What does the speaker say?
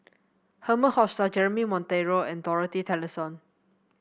Herman Hochstadt Jeremy Monteiro and Dorothy Tessensohn